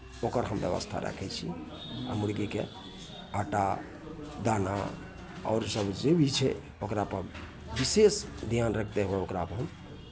ओकर हम व्यवस्था राखै छी आ मुर्गीकेँ आटा दाना आओरसभ जे भी छै ओकरापर विशेष ध्यान रखते हम ओकरापर हम